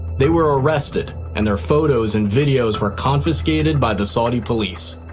they were arrested and their photos and videos were confiscated by the saudi police.